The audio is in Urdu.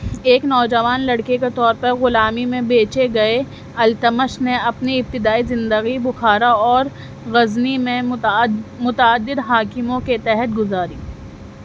ایک نوجوان لڑکے کے طور پر غلامی میں بیچے گئے التمش نے اپنی ابتدائی زندگی بخارا اور غزنی میں متعد متعدد حاکموں کے تحت گزاری